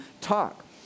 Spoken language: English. talk